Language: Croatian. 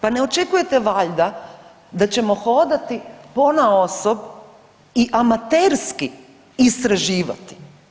Pa ne očekujete valjda da ćemo hodati ponaosob i amaterski istraživati.